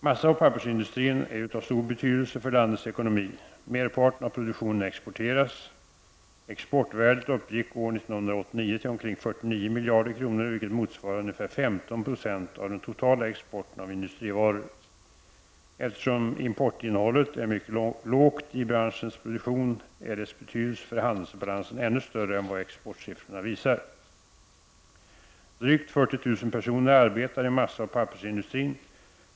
Massaoch pappersindustrin är av stor betydelse för landets ekonomi. Merparten av produktionen exporteras. Exportvärdet uppgick år 1989 till omkring 49 miljarder kronor, vilket motsvarar ungefär 15 90 av den totala exporten av industrivaror. Eftersom importinnehållet är mycket lågt i branschens produktion, är dess betydelse för handelsbalansen ännu större än vad exportsiffrorna visar. Drygt 40 000 personer arbetar i massaoch pappersindustrin.